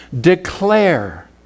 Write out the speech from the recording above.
declare